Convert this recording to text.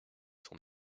son